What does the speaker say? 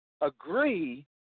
agree –